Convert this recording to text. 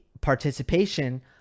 participation